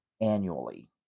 annually